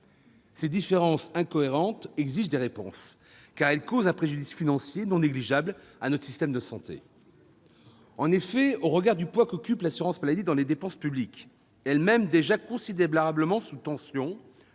Ces différentes incohérences exigent des réponses, car elles causent un préjudice financier non négligeable à notre système de santé. Au regard du poids qu'occupe l'assurance maladie dans les dépenses publiques, elles-mêmes déjà considérablement sous tension,